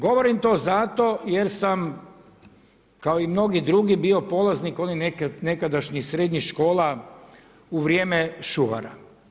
Govorim to zato, jer sam kao i mnogi drugi bio polaznik onih nekadašnjih srednjih škola u vrijeme Šuvara.